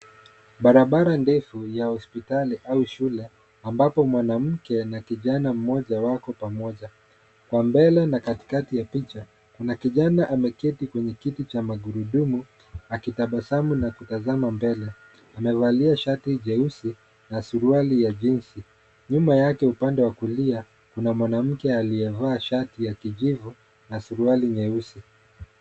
Barabara ndefu ya hospitali au shule ambapo mwanamke na kijana mmoja wako pamoja. Kwa mbele na katikati ya picha kuna kijana ameketi kwenye kiti cha magurudumu akitabasamu na kutazama mbele amevalia shati jeusi na suruali ya jinsi. Nyuma yake upande wa kulia kuna mwanamke aliyevaa shati ya kijivu na suruali nyeusi.